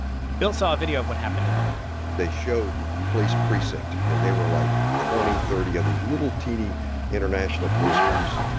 bill saw a video of what happened in italy they showed the police precinct. and there were, like, twenty, thirty of these little, teeny international police cars.